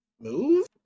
Move